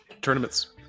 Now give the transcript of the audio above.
tournaments